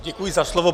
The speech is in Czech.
Děkuji za slovo.